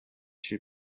two